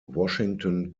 washington